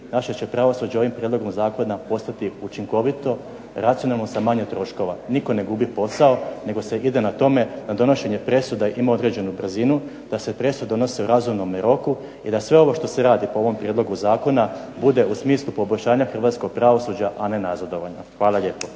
Naše će pravosuđe ovim prijedlogom zakona postati učinkovito, racionalno, sa manje troškova. Nitko ne gubi posao nego se ide na tome da donošenje presuda ima određenu brzinu, da se presude donose u razumnome roku i da sve ovo što se radi po ovom prijedlogu zakona bude u smislu poboljšanja hrvatskog pravosuđa, a ne nazadovanja. Hvala lijepo.